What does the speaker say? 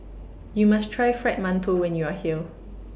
YOU must Try Fried mantou when YOU Are here